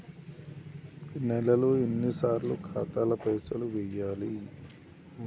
నెలలో ఎన్నిసార్లు ఖాతాల పైసలు వెయ్యాలి?